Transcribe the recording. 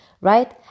right